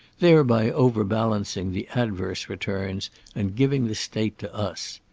thereby overbalancing the adverse returns and giving the state to us.